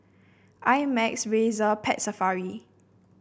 I Max Razer Pet Safari